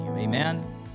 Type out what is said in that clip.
Amen